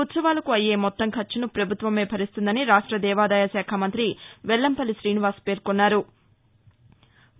ఉత్పవాలకు అయ్యే మొత్తం ఖర్చును పభుత్వమే భరిస్తుందని రాష్ట దేవాదాయ శాఖ మంత్రి వెల్లంపల్లి త్రీనివాస్ పేర్కొన్నారు